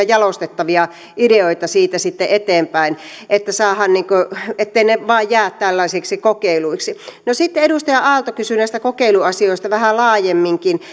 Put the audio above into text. jalostettavia ideoita siitä sitten eteenpäin etteivät ne vaan jää tällaisiksi kokeiluiksi sitten edustaja aalto kysyi näistä kokeiluasioista vähän laajemminkin